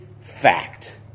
fact